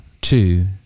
two